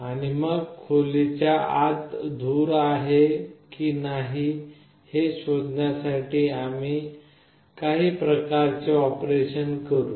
आणि मग खोलीच्या आत धूर आहे की नाही हे शोधण्यासाठी आम्ही काही प्रकारचे ऑपरेशन करू